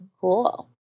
Cool